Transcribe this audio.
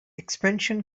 expansion